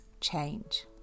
change